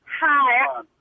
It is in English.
Hi